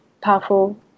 powerful